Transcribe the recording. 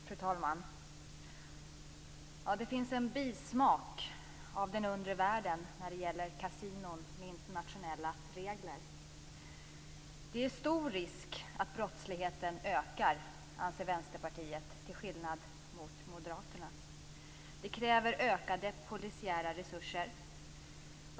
Fru talman! Kasinon med internationella regler har en bismak av den under världen. Det är stor risk att brottsligheten ökar, anser Vänsterpartiet till skillnad från Moderaterna. Det kräver ökade polisiära resurser.